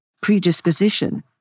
predisposition